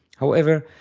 however,